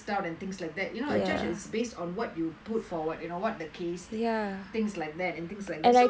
things like that you know the judge is based on what you put forward you know [what] the case things like that and things like that